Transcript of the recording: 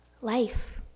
life